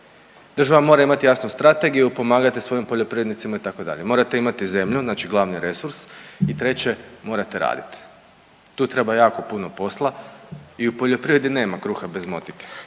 Država mora imati jasnu strategiju, pomagati svojim poljoprivrednicima, itd., morate imati zemlju, znači glavni resurs i treće, morate raditi. Tu treba jako puno posla i u poljoprivredi nema kruha bez motike